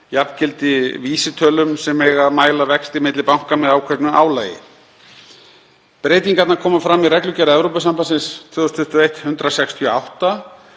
jafngildi vísitölum sem eiga að mæla vexti milli banka með ákveðnu álagi. Breytingarnar koma fram í reglugerð Evrópusambandsins 2021/168.